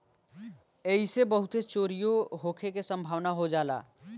ऐइसे बहुते चोरीओ होखे के सम्भावना हो जाला